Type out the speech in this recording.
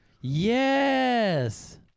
Yes